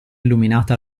illuminata